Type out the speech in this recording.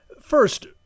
First